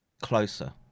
closer